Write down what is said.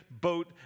boat